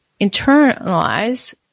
internalize